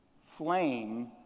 flame